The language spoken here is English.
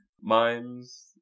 Mimes